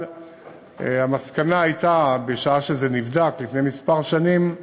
אבל המסקנה הייתה, בשעה שזה נבדק לפני כמה שנים,